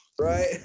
Right